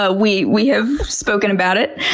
ah we we have spoken about it.